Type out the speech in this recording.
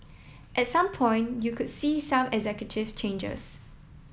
at some point you could see some executive changes